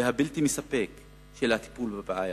והבלתי-מספק של הטיפול בבעיה.